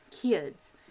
kids